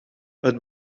het